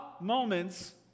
moments